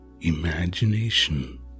imagination